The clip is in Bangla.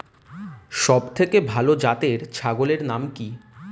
সবথেকে ভালো জাতের ছাগলের নাম কি?